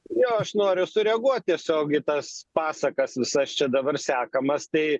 jo aš noriu sureaguot tiesiog į tas pasakas visas čia dabar sekamas tai